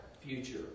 future